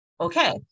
okay